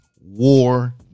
war